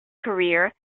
career